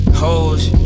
hoes